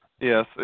Yes